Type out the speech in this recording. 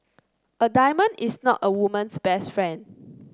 a diamond is not a woman's best friend